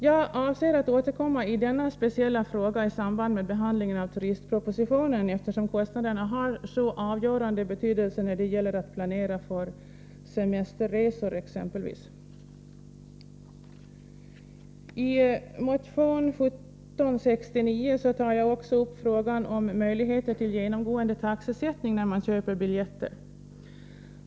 Jag avser att återkomma i denna speciella fråga i samband med behandlingen av turistpropositionen, eftersom kostnaderna har så avgörande betydelse när det gäller att planera för exempelvis semesterresor. I motion 1769 tar jag också upp frågan om möjligheter till genomgående taxesättning vid köp av biljetter.